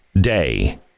day